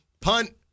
Punt